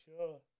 sure